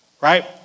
Right